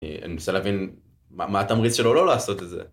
אה.. אני מנסה להבין מה.. מה התמריץ שלו לא לעשות את זה.